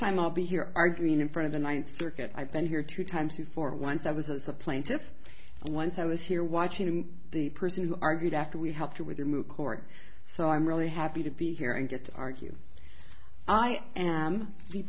time i'll be here arguing in front of the ninth circuit i've been here two times before once i was a plaintiff and once i was here watching the person who argued after we helped her with a moot court so i'm really happy to be here and get to argue i am the